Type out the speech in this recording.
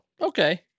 Okay